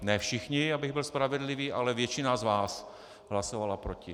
Ne všichni, abych byl spravedlivý, ale většina z vás hlasovala proti.